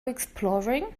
exploring